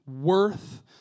worth